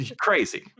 crazy